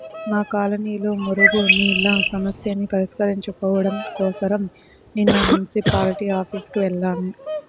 మా కాలనీలో మురుగునీళ్ళ సమస్యని పరిష్కరించుకోడం కోసరం నిన్న మున్సిపాల్టీ ఆఫీసుకి వెళ్లాను